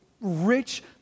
rich